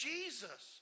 Jesus